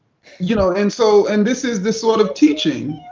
you know, and so and this is the sort of teaching.